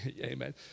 Amen